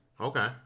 Okay